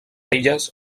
elles